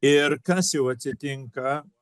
ir kas jau atsitinka